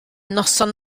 noson